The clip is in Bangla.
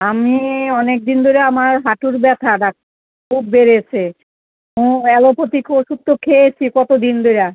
আমি অনেক দিন ধরে আমার হাঁটুর ব্যথা ডাক খুব বেড়েছে ও অ্যালোপাথিক ওষুধ তো খেয়েছি কতো দিন ধরে